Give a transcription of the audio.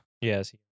Yes